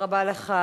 תודה רבה לך,